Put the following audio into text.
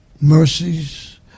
mercies